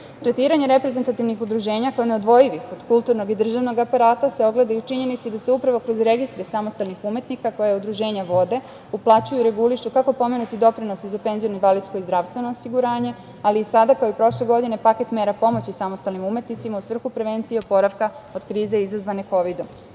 godine. Tretiranje reprezentativnih udruženja kao neodvojivih od kulturnog i državnog aparata se ogleda i u činjenici da se upravo kroz registre samostalnih umetnika koja udruženja vode uplaćuju i regulišu kako pomenuti doprinosi za penziono, invalidsko i zdravstveno osiguranje, ali i sada, kao i prošle godine, paket mera pomoći samostalnim umetnicima u svrhu prevencije i oporavka od krize izazvane kovidom. Na